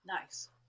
Nice